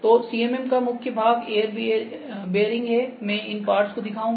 तो CMM का मुख्या भाग एयर बेअरिंग हैं मैं इन पार्ट्स को दिखाऊंगा